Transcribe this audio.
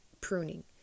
pruning